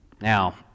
Now